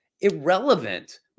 irrelevant